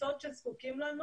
קבוצות שזקוקות לנו.